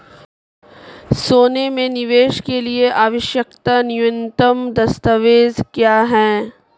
सोने में निवेश के लिए आवश्यक न्यूनतम दस्तावेज़ क्या हैं?